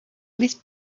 please